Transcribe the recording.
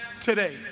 today